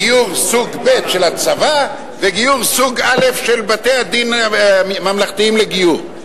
גיור סוג ב' של הצבא וגיור סוג א' של בתי-דין ממלכתיים לגיור,